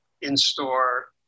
in-store